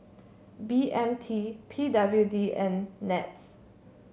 B M T P W D and NETS